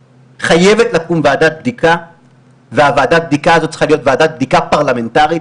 חייבת לקום ועדת בדיקה שצריכה להיות ועדת בדיקה פרלמנטרית,